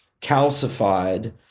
calcified